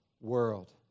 world